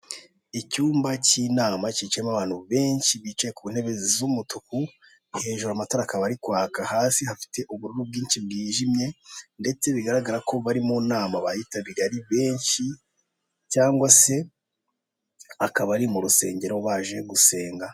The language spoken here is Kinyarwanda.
Icyumba cy'inama cyicayemo abantu benshi bicaye ku ntebe z'umutuku, hejuru amatara akaba ari kwaka, hasi hafite ubururu bwinshi bwijimye ndetse bigaragara ko bari mu nama bayitabiriye ari benshi cyangwa se akaba ari mu rusengero baje gusenga.